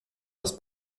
raz